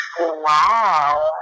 wow